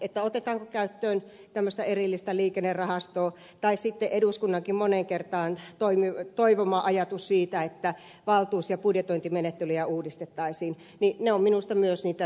se otetaanko käyttöön tämmöistä erillistä liikennerahastoa tai sitten eduskunnankin moneen kertaan toivoma ajatus siitä että valtuus ja budjetointimenettelyjä uudistettaisiin ovat minusta myös tulevien hallitusneuvotteluitten musiikkia